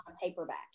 paperback